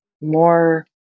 more